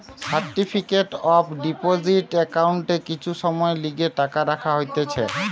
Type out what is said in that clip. certificate of deposit একাউন্টে কিছু সময়ের লিগে টাকা রাখা হতিছে